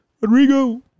Rodrigo